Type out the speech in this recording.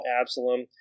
Absalom